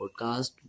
podcast